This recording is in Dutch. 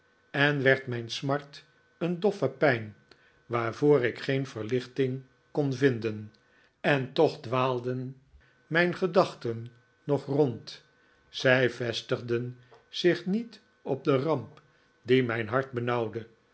en werd mijn smart een doffe pijn waarvoor ik geen verlichting kon vinden en toch dwaalden mijn gedachten nog rond zij vestigden zich niet op de ramp die mijn hart